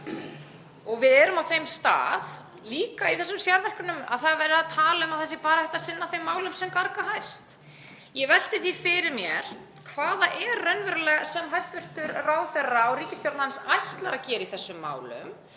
og við erum á þeim stað, líka í þessum sérverkefnum, að það er verið að tala um að það sé bara hægt að sinna þeim málum sem garga hæst. Ég velti því fyrir mér hvað það er raunverulega sem hæstv. ráðherra og ríkisstjórn hans ætlar að gera í þessum málum